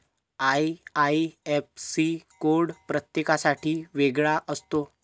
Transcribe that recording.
IIFC code प्रत्येकासाठी वेगळा असतो